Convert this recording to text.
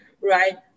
Right